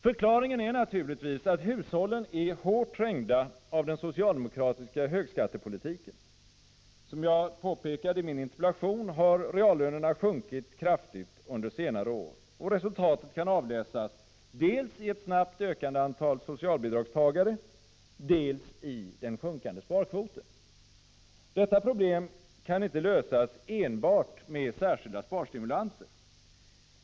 Förklaringen är naturligtvis att hushållen är hårt trängda som en följd av den socialdemokratiska högskattepolitiken. Som jag påpekade i min interpellation har reallönerna sjunkit kraftigt under senare år. Resultatet kan avläsas dels i ett snabbt ökande antal socialbidragstagare, dels i den sjunkande sparkvoten. Detta problem kan inte lösas enbart med särskilda sparstimulanser.